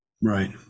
right